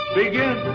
Begin